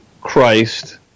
Christ